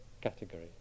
category